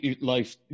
Life